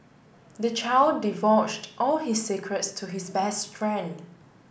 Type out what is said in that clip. the child divulged all his secrets to his best friend